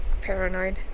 paranoid